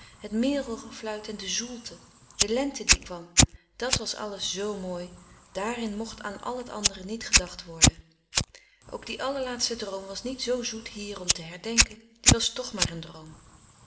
koele meren des doods de zoelte de lente die kwam dat was alles zoo mooi daarin mocht aan al het andere niet gedacht worden ook die allerlaatste droom was niet zoo zoet hier om te herdenken die was toch maar een droom